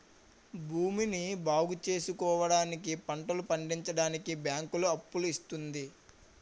భూమిని బాగుచేసుకోవడానికి, పంటలు పండించడానికి బ్యాంకులు అప్పులు ఇస్తుంది